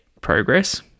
progress